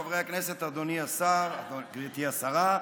חברי הכנסת, אדוני השר, גברתי השרה.